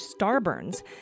starburns